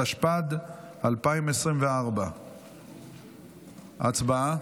התשפ"ד 2024. הצבעה.